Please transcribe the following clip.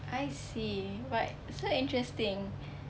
I see but so interesting